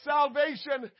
Salvation